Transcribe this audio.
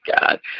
God